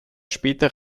später